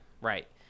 right